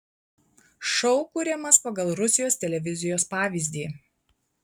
šou kuriamas pagal rusijos televizijos pavyzdį